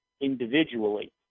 individually